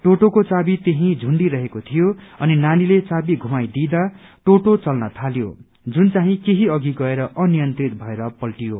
टोटोको चाबी त्यही झुण्डिरहेको थियो अनि नानीले चाबी घुमाइ दिँदा टोटो चल्न थाल्यो जुन चाही केही अघि गएर अनियन्त्रित भएर पल्टियो